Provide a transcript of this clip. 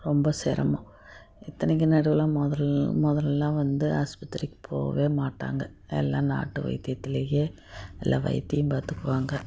ரொம்ப சிரமம் இத்தனைக்யும் நடுவில் முதல் முதல் எல்லாம் வந்து ஹாஸ்பத்திரிக்கு போகவே மாட்டாங்க எல்லாம் நாட்டு வைத்தியத்துலையே இல்லை வைத்தியம் பார்த்துப்பாங்க